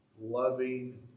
loving